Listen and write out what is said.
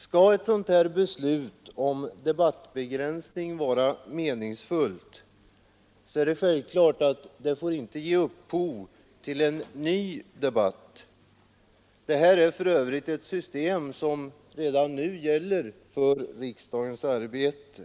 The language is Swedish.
Skall ett beslut om debattbegränsning vara meningsfullt är det självklart att det inte får ge upphov till en ny debatt. Detta är för övrigt ett system som redan nu gäller för riksdagens arbete.